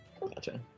Gotcha